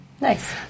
Nice